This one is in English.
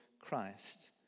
Christ